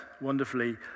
wonderfully